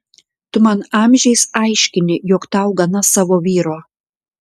tu man amžiais aiškini jog tau gana savo vyro